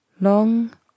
Long